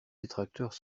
détracteurs